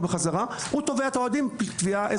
בחזרה הוא תובע את האוהדים תביעה אזרחית.